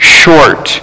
short